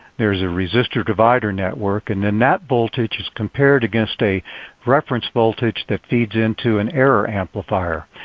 there is a resistor divider network. and then that voltage is compared against a reference voltage that feeds into an error amplifier.